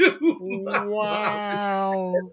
Wow